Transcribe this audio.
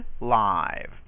live